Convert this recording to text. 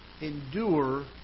Endure